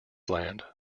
land